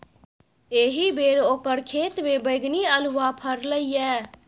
एहिबेर ओकर खेतमे बैगनी अल्हुआ फरलै ये